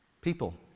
People